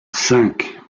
cinq